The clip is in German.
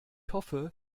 hoffe